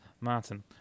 Martin